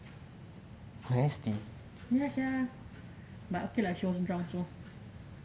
ya sia but okay lah she was drunk so